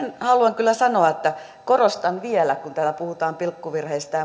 puhemies sen haluan kyllä sanoa että korostan vielä kun täällä puhutaan pilkkuvirheistä ja